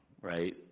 right